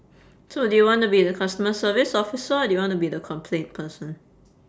so do you wanna be the customer service officer or do you wanna be the complaint person